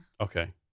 Okay